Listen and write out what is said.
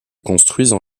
construisent